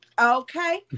okay